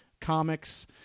comics